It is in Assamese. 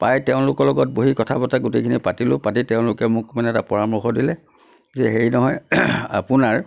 পাই তেওঁলোকৰ লগত বহি কথা বতৰা গোটেইখিনি পাতিলোঁ পাতি তেওঁলোকে মোক মানে এটা পৰামৰ্শ দিলে যে হেৰি নহয় আপোনাৰ